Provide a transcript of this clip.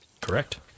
Correct